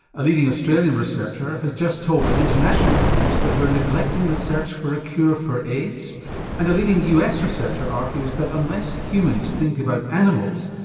a leading australian researcher has just told an international audience that we're neglecting the search for a cure for aids and a leading us researcher argues that unless humans think about animals,